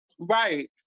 Right